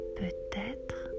peut-être